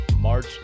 March